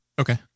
Okay